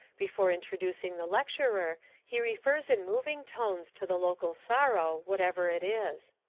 before introducing the lecturer he refers in moving tones to the local sorrow, whatever it is.